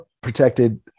protected